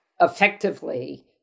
effectively